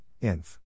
inf